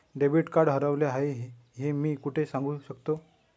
Debit card हरवले आहे हे मी कोठे सांगू शकतो?